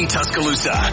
Tuscaloosa